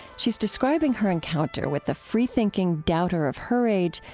she's describing her encounter with a freethinking doubter of her age,